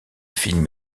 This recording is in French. film